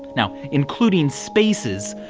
now, including spaces,